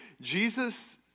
Jesus